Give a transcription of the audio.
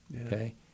okay